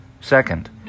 Second